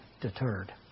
deterred